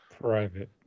Private